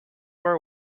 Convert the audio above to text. war